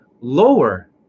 lower